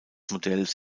modells